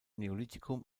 neolithikum